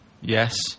yes